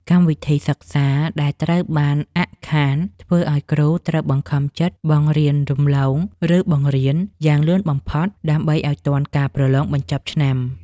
កម្មវិធីសិក្សាដែលត្រូវបានអាក់ខាន ធ្វើឱ្យគ្រូត្រូវបង្ខំចិត្តបង្រៀនរំលង ឬ បង្រៀនយ៉ាងលឿនបំផុត ដើម្បីឱ្យទាន់ការប្រឡងបញ្ចប់ឆ្នាំ។